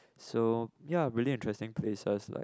so ya really interesting places like